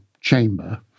chamber